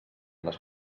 les